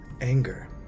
anger